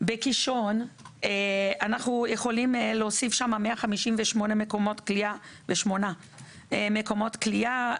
בקישון אנחנו יכולים להוסיף 158 מקומות כליאה לשמונה מקומות כליאה.